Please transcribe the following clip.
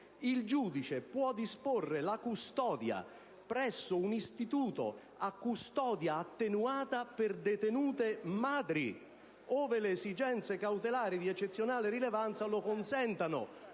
il giudice può disporre la custodia presso un istituto a custodia attenuata per detenute madri, ove le esigenze cautelari di eccezionale rilevanza lo consentano».